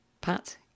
Pat